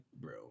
bro